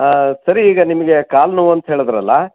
ಹಾಂ ಸರಿ ಈಗ ನಿಮಗೆ ಕಾಲು ನೋವು ಅಂತ ಹೇಳಿದ್ರಲ್ಲ